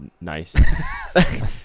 nice